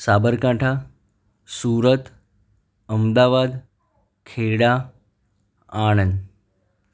Sabarkantha Surat Ahmedabad Kheda Anand